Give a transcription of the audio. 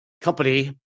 company